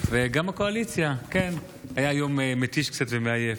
וגם הקואליציה, כן, היה יום מתיש קצת ומעייף.